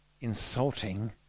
insulting